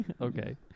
Okay